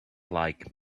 like